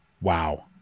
Wow